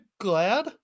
glad